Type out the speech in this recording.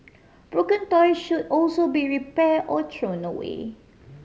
broken toy should also be repair or thrown away